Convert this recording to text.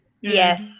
Yes